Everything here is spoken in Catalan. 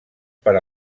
per